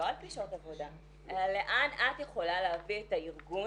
על פי שעות עבודה אלא לאן את יכולה להביא את הארגון